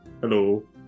Hello